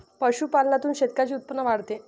पशुपालनातून शेतकऱ्यांचे उत्पन्न वाढते